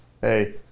Hey